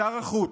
שר החוץ,